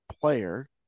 player